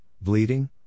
bleeding